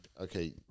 Okay